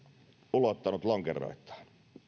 ulottanut lonkeroitaan